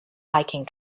hiking